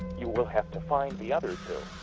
you will have to find the other two.